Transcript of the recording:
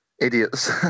idiots